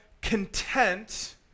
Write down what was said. content